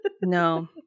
No